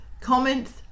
comments